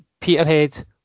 Peterhead